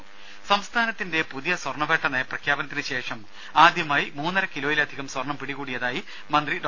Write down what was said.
ദേദ സംസ്ഥാനത്തിന്റെ പുതിയ സ്വർണവേട്ട നയപ്രഖ്യാപനത്തിന് ശേഷം ആദ്യമായി മൂന്നര കിലോയിലധികം സ്വർണം പിടികൂടിയതായി മന്ത്രി ഡോ